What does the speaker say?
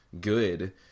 good